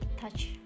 touch